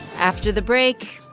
after the break,